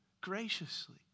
graciously